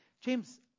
James